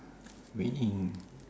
winning